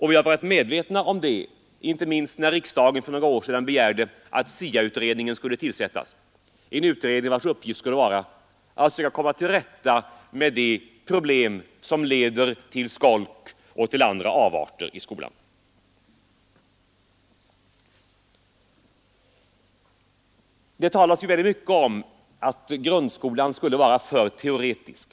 Vi har varit medvetna om det och vi var det inte minst när riksdagen för några år sedan begärde att SIA-utredningen skulle tillsättas, en utredning vars uppgift skulle vara att försöka komma till rätta med de problem som leder till skolk och andra avarter i skolan. Det talas mycket om att grundskolan skulle. vara för teoretisk.